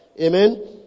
amen